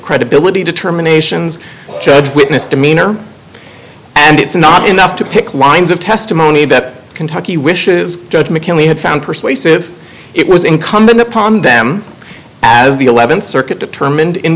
credibility determinations judge witness demeanor and it's not enough to pick lines of testimony that kentucky wishes judge mckinley had found persuasive it was incumbent upon them as the th circuit